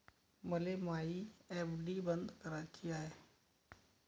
मले मायी एफ.डी बंद कराची हाय